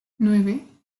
nueve